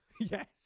Yes